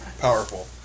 Powerful